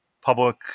public